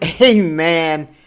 Amen